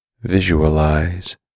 visualize